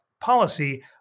policy